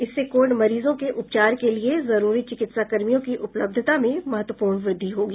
इससे कोविड मरीजों के उपचार के लिए जरूरी चिकित्सा कर्मियों की उपलब्धता में महत्वपूर्ण वृद्धि होगी